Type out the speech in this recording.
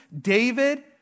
David